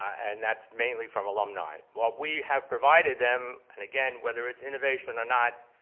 and that's mainly from alumni. what we have provided them, and again whether it's innovation or not,